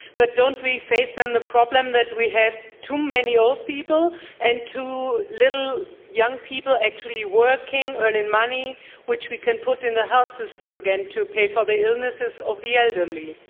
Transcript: but don't we face then the problem that we have too many old people and too few young people actually working, earning money which we can put in the health system again to pay for the illnesses of the elderly?